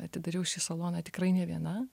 atidariau šį saloną tikrai nė viena